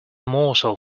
morsel